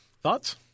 Thoughts